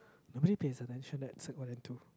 nobody pays attention that's what I do